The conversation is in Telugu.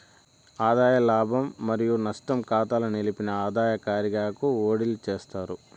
ఆదాయ లాభం మరియు నష్టం కాతాల నిలిపిన ఆదాయ కారిగాకు ఓడిలీ చేస్తారు